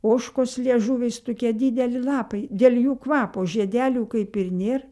ožkos liežuviais tokie dideli lapai dėl jų kvapo žiedelių kaip ir nėr